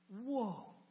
Whoa